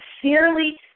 sincerely